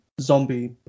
zombie